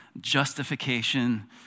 Justification